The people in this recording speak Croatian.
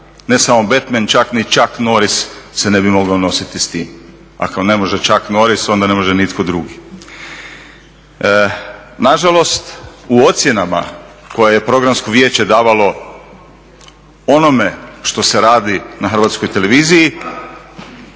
ne samo Batman čak ni Chuck Norris se ne bi mogao nositi s tim. A ako ne može Chuck Norris onda ne može nitko drugi. Nažalost, u ocjenama koje je Programsko vijeće davalo onome što se radi na HT-u su negativni